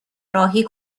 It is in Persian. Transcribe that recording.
راهی